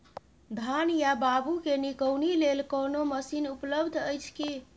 धान या बाबू के निकौनी लेल कोनो मसीन उपलब्ध अछि की?